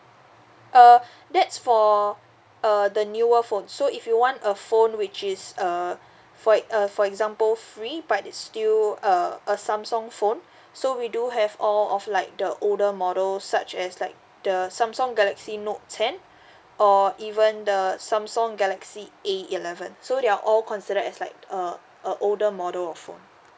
uh that's for uh the newer phone so if you want a phone which is uh for it uh for example free but it's still a a samsung phone so we do have all of like the older model such as like the samsung galaxy note ten or even the samsung galaxy a eleven so they are all considered as like a a older model of phone